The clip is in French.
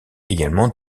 également